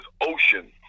ocean